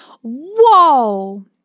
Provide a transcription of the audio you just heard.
Whoa